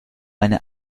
eine